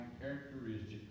characteristics